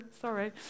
sorry